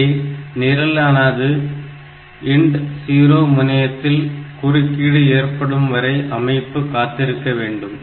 இங்கே நிரலானது INT0 முனையத்தில் குறுக்கீடு ஏற்படும் வரை அமைப்பு காத்திருக்க வேண்டும்